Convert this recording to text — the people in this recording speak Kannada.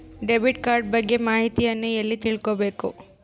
ಡೆಬಿಟ್ ಕಾರ್ಡ್ ಬಗ್ಗೆ ಮಾಹಿತಿಯನ್ನ ಎಲ್ಲಿ ತಿಳ್ಕೊಬೇಕು?